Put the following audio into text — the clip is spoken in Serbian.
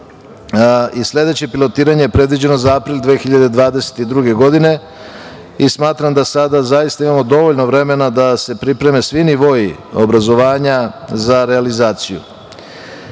i sledeće pilotiranje je predviđeno za april 2022. godine. Smatram da sada zaista imamo dovoljno vremena da se pripreme svi nivou obrazovanja za realizaciju. Takođe,